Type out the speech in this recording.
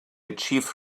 achieved